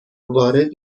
وارد